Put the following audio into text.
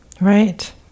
Right